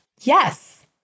Yes